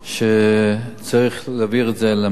שצריך להחזיר את זה למדינה.